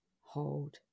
hold